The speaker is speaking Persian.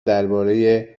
درباره